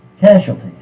casualties